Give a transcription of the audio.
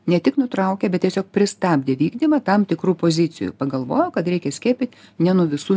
ne tik nutraukė bet tiesiog pristabdė vykdymą tam tikrų pozicijų pagalvojo kad reikia skiepyt ne nu visų